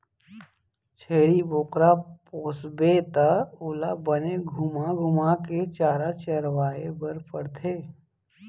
छेरी बोकरा पोसबे त ओला बने घुमा घुमा के चारा चरवाए बर परथे